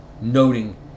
noting